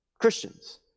Christians